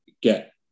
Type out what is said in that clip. get